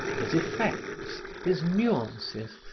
his effects, his nuances,